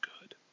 good